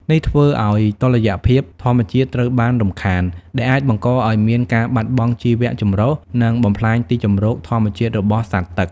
នេះធ្វើឱ្យតុល្យភាពធម្មជាតិត្រូវបានរំខាន ដែលអាចបង្កឱ្យមានការបាត់បង់ជីវៈចម្រុះ និងបំផ្លាញទីជម្រកធម្មជាតិរបស់សត្វទឹក។